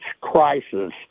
crisis